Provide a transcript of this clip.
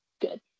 good